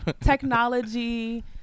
technology